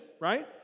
right